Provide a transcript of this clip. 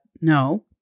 no